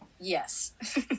Yes